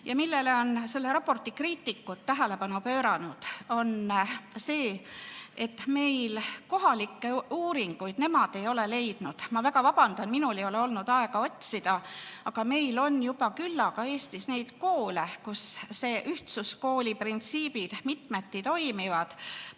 Ja millele on selle raporti kriitikud tähelepanu pööranud, on see, et meil tehtud selliseid uuringuid nemad ei ole leidnud. Ma väga vabandan, minul ei ole olnud aega otsida, aga meil on juba küllaga Eestis neid koole, kus ühtsuskooli printsiibid mitmeti toimivad.